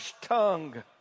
tongue